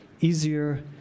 easier